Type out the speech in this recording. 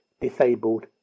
disabled